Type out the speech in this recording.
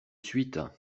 suite